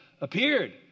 appeared